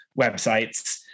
websites